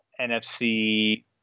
NFC